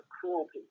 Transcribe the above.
cruelty